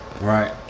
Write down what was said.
Right